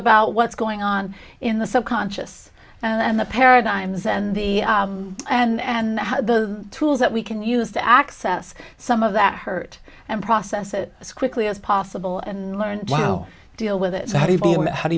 about what's going on in the subconscious and the paradigms and the and the tools that we can use to access some of that hurt and process it as quickly as possible and learn how to deal with it how do